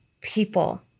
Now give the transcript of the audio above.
people